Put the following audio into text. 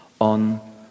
on